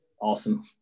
Awesome